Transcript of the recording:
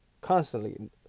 constantly